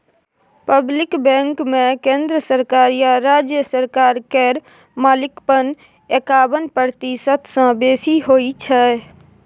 public बैंकमे केंद्र सरकार या राज्य सरकार केर मालिकपन एकाबन प्रतिशत सँ बेसी होइ छै